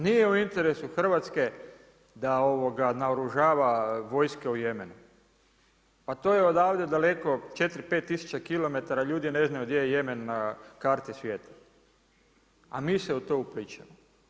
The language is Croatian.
Nije u interesu Hrvatske da naoružava vojske u Jemenu, pa to je odavde daleko 4, 5 tisuća kilometara, ljudi ne znaju gdje je Jemen na karti svijeta, a mi se u to uplićemo.